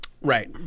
Right